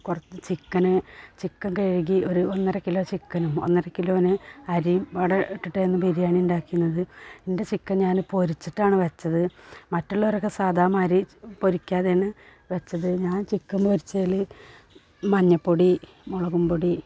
കുറച്ച് chicken chicken കഴുകി ഒരു ഒന്നര കിലോ ചിക്കനും ഒന്നര കിലോന് അറിയും പാടെ ഇട്ടിട്ടായിരുന്നു ബിരിയാണി ഉണ്ടാക്കിനത് എൻ്റെ ചിക്കൻ ഞാൻ പൊരിച്ചിട്ടാണ് വെച്ചത് മറ്റുള്ളവരൊക്കെ സാധാമാതിരി പൊരിക്കാതെയാണ് വെച്ചത് ഞാൻ ചിക്കൻ പൊരിച്ചതിൽ മഞ്ഞപ്പൊടി മുളകുംപൊടി